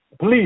Please